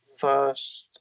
first